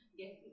get